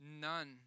none